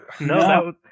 No